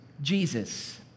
Jesus